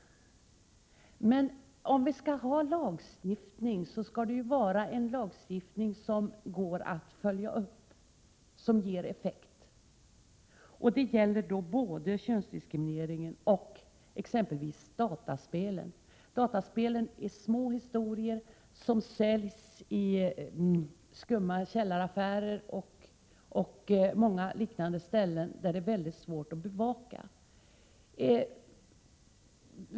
Men om vi skall ha en lagstiftning måste det vara en lagstiftning som går att följa upp och som ger effekt. Det gäller i fråga om både könsdiskriminerande reklam och exempelvis dataspel. Dataspel är små artiklar som säljs i skumma källaraffärer och liknande, vilka är väldigt svåra att bevaka.